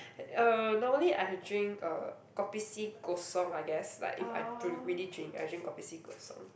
uh normally I drink uh kopi C kosong I guess like if I d~ really drink I drink kopi C kosong